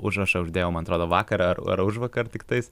užrašą uždėjo man atrodo vakar ar ar užvakar tiktais